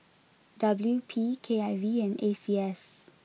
W P K I V and A C S